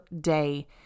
day